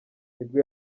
nibwo